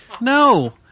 No